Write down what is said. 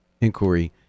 inquiry